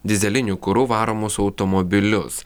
dyzeliniu kuru varomus automobilius